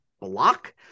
block